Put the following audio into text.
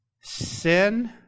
Sin